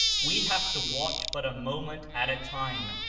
we have to watch but a moment at a time,